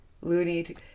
Looney